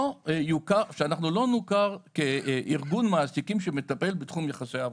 שאנחנו לא נוכר כארגון מעסיקים שמטפל בתחום יחסי העבודה.